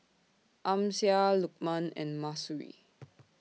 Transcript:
Amsyar Lukman and Mahsuri